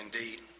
indeed